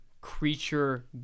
creature